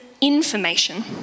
information